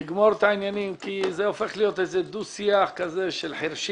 לגמור את העניינים כי זה הופך להיות דו-שיח של חירשים.